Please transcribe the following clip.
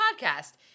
podcast